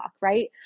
right